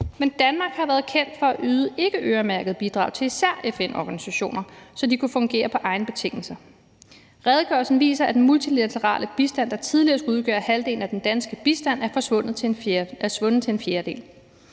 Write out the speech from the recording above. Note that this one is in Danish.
Men Danmark har været kendt for at yde ikkeøremærkede bidrag til især FN-organisationer, så de kunne fungere på egne betingelser. Redegørelsen viser, at den multilaterale bistand, der tidligere skulle udgøre halvdelen af den danske bistand, er svundet til en fjerdedel.